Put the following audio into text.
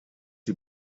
die